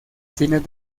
fines